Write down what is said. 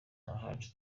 ahacu